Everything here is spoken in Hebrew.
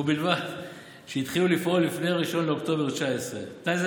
ובלבד שהתחילו לפעול לפני 1 באוקטובר 2019. תנאי זה